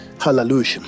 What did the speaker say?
Hallelujah